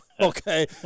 okay